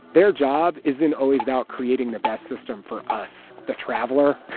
their job isn't always about creating the best system for us, the traveler.